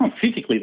Physically